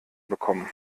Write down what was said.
bekommen